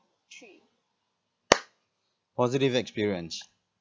positive experience